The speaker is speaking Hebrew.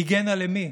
היגיינה למי?